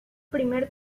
primer